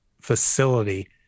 facility